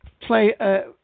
play